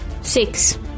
Six